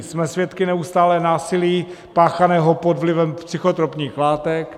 Jsme svědky neustálého násilí páchaného pod vlivem psychotropních látek.